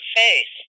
face